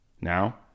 Now